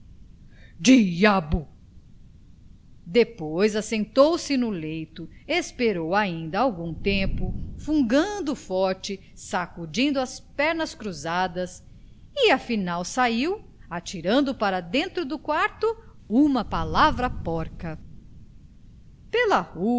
cabeça diabo depois assentou-se no leito esperou ainda algum tempo fungando forte sacudindo as pernas cruzadas e afinal saiu atirando para dentro do quarto uma palavra porca pela